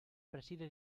preside